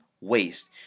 waste